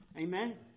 Amen